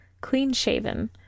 Clean-shaven